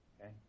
Okay